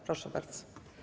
Proszę bardzo.